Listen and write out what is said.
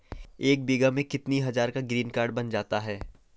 एक बीघा में कितनी हज़ार का ग्रीनकार्ड बन जाता है?